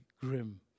grim